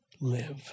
live